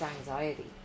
anxiety